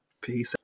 Peace